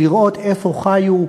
לראות איפה חיו.